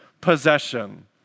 possession